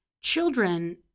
children